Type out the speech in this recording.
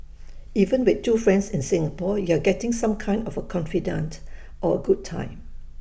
even with two friends in Singapore you're getting some kind of A confidante or A good time